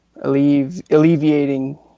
alleviating